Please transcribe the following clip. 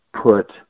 put